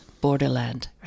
Borderland